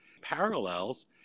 parallels